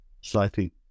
slightly